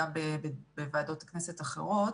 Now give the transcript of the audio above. גם בוועדות הכנסת אחרות.